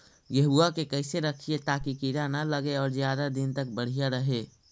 गेहुआ के कैसे रखिये ताकी कीड़ा न लगै और ज्यादा दिन तक बढ़िया रहै?